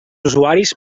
usuaris